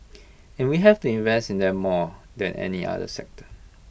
and we have to invest in them more than any other sector